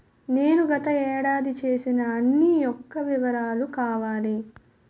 నేను గత ఏడాది చేసిన అన్ని యెక్క వివరాలు కావాలి?